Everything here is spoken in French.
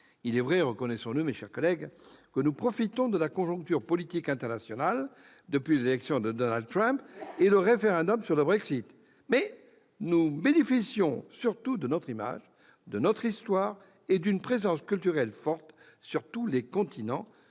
Il est vrai, reconnaissons-le, que nous profitons de la conjoncture politique internationale, depuis l'élection de Donald Trump et le référendum sur le Brexit. Mais nous bénéficions surtout de notre image, de notre histoire, et d'une présence culturelle forte sur tous les continents.